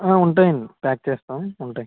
ఉంటాయి అండి ప్యాక్ చేస్తాము ఉంటాయి